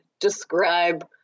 describe